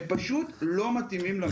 הם פשוט לא מתאימים.